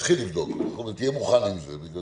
תהיה מוכן, מפני